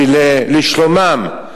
לשלומם,